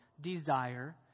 desire